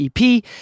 EP